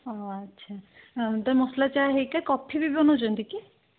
ଆଚ୍ଛା ତ ମସଲା ଚାହା ହେରିକା କଫି ବି ବନାଉଛନ୍ତି କି